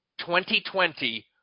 2020